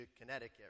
Connecticut